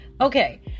Okay